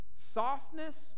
softness